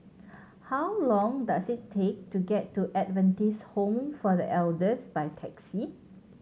how long does it take to get to Adventist Home for The Elders by taxi